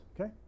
okay